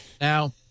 Now